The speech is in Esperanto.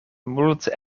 multe